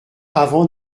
avant